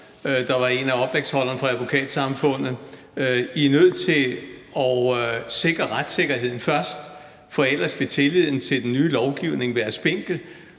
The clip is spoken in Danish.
der var en af oplægsholderne fra Advokatsamfundet: I er nødt til at sikre retssikkerheden først, for ellers vil tilliden til den ny lovgivning være spinkel,